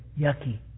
yucky